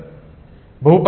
ठीक आहे